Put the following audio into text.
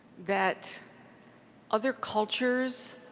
that other cultures,